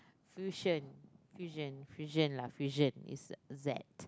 fusion fusion fusion lah fusion is Z